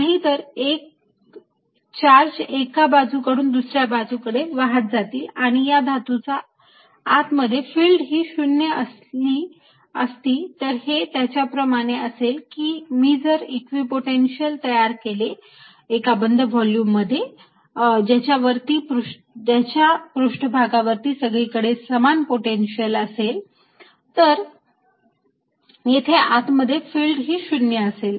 नाहीतर चार्ज एका बाजूकडून दुसऱ्या बाजूकडे वाहत जातील आणि या धातूचा आत मध्ये फिल्ड ही 0 असली असती तर हे याच्या प्रमाणे असेल की मी जर इक्विपोटेन्शियल तयार केले एका बंद व्हॉल्युम मध्ये ज्याच्या पृष्ठभागावरती सगळीकडे समान पोटेन्शिअल असेल तर येथे आत मध्ये फिल्ड ही 0 असेल